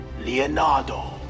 Leonardo